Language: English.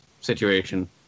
Situation